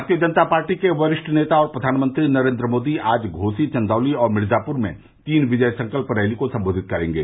भारतीय जनता पार्टी के वरिष्ठ नेता और प्रधानमंत्री नरेंद्र मोदी आज घोसी चंदौली और मिर्जापुर में तीन विजय संकल्प रैली को संबोधित करेंगे